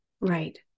Right